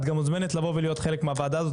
את גם מוזמנת לבוא ולהיות חלק מהוועדה הזאת,